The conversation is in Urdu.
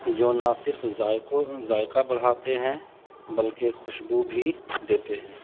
جو نہ صرف ذائقوں ذائقہ بڑھاتے ہیں بلکہ خوشبو بھی دیتے ہیں